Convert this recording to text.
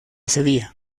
sevilla